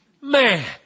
Man